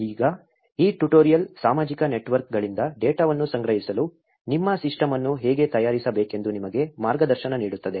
ಈಗ ಈ ಟ್ಯುಟೋರಿಯಲ್ ಸಾಮಾಜಿಕ ನೆಟ್ವರ್ಕ್ಗಳಿಂದ ಡೇಟಾವನ್ನು ಸಂಗ್ರಹಿಸಲು ನಿಮ್ಮ ಸಿಸ್ಟಮ್ ಅನ್ನು ಹೇಗೆ ತಯಾರಿಸಬೇಕೆಂದು ನಿಮಗೆ ಮಾರ್ಗದರ್ಶನ ನೀಡುತ್ತದೆ